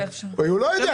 שואל שאלה פשוטה כן או לא.